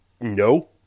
No